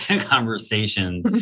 conversation